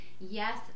Yes